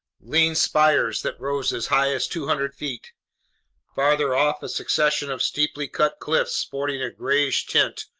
lean spires that rose as high as two hundred feet farther off, a succession of steeply cut cliffs sporting a grayish tint,